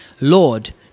Lord